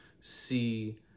see